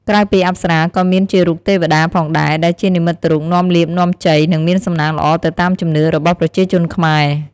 ក្រៅពីអប្សរាក៏មានជារូបទេវតាផងដែរ ដែលជានិមិត្តរូបនាំលាភនាំជ័យ និងមានសំណាងល្អទៅតាមជំនឿរបស់ប្រជាជនខ្មែរ។